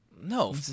No